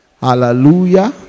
Hallelujah